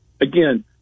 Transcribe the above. again